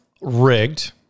rigged